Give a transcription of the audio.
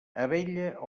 abella